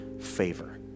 favor